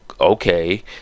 okay